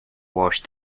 wash